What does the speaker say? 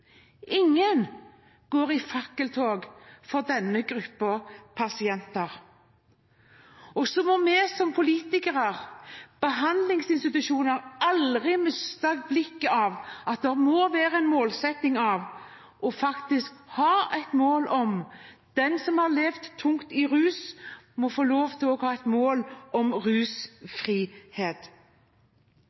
Ingen går i fakkeltog for denne pasientgruppen. Vi som politikere og behandlingsinstitusjonene må aldri miste blikket av at det faktisk må være en målsetting at den som har levd tungt under rus, må få lov til å ha rusfrihet som mål.